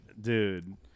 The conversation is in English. dude